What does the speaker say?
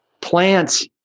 plants